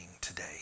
today